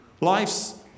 life's